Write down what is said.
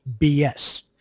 bs